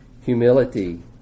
Humility